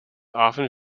often